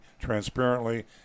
transparently